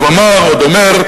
הוא אמר,